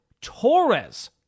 Torres